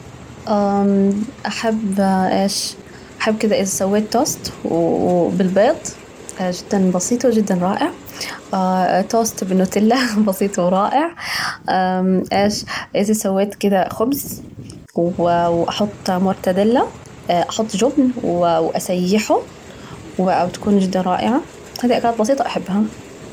أمم أحب إيش؟ أحب كده إذا سويت توست وبالبيض، جداً بسيطة وجداً رائع، توست بنوتيلا بسيط ورائع، مم إيش؟ إذا سويت كده خبز و وأحط، أحط مورتديلا ،أحط جبن و وأسيحه، و أو تكون جداً رائعة، هذي أكلات بسيطة أحبها.